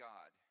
God